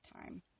time